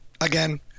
again